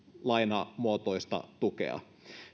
lainamuotoista tukea